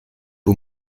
uhr